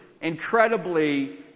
incredibly